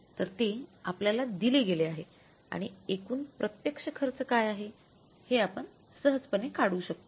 तर ते आपल्याला दिले गेले आहे आणि एकूण प्रत्यक्ष खर्च काय आहे हे आपण सहजपणे काढू शकतो